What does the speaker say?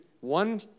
one